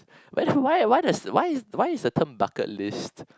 wh~ why what's why is why is term bucket list